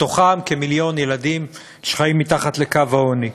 מהם כמיליון ילדים שחיים מתחת לקו העוני.